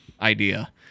idea